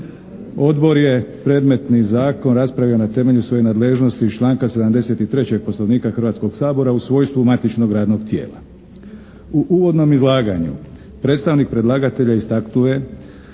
Odbor je predmetni zakon raspravio na temelju svoje nadležnosti iz članka 73. Poslovnika Hrvatskog sabora u svojstvu matičnog radnog tijela. U uvodnom izlaganju predstavnik predlagatelja istaknuo